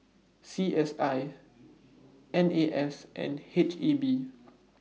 C S I N A S and H E B